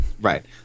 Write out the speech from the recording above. Right